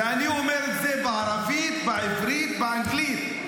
ואני אומר את זה בערבית, בעברית, באנגלית.